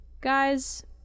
Guys